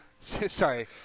Sorry